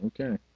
Okay